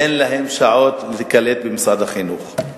אין להם שעות להיקלט במשרד החינוך.